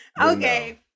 Okay